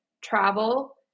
travel